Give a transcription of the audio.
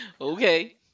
Okay